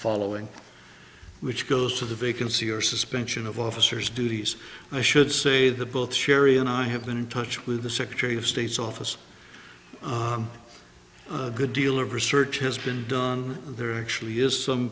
following which goes to the vacancy or suspension of officers duties i should say that both sherry and i have been in touch with the secretary of state's office a good deal of research has been done very quickly is some